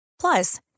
Plus